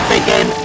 Begin